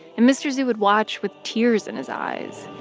and mr. zhu would watch with tears in his eyes